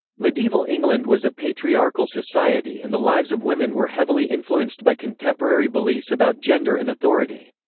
medieval england was a patriarchal society and the lives of women were heavily influenced by contemporary beliefs about gender and authority.